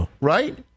right